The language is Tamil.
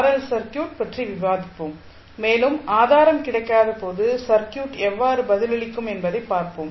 எல் சர்க்யூட் பற்றி விவாதிப்போம் மேலும் ஆதாரம் கிடைக்காத போது சர்க்யூட் எவ்வாறு பதிலளிக்கும் என்பதைப் பார்ப்போம்